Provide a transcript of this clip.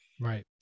Right